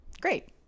Great